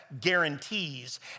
guarantees